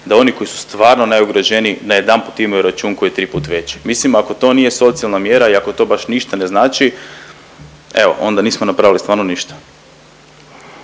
da oni koji su stvarno najugroženiji, najedanput imaju račun koji je triput veći. Mislim, ako to nije socijalna mjera i ako to baš ništa ne znači, evo, onda nismo napravili stvarno ništa.